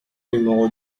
numéro